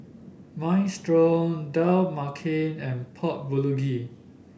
Minestrone Dal Makhani and Pork Bulgogi